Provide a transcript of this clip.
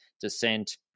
descent